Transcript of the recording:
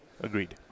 Agreed